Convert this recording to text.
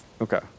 Okay